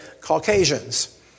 Caucasians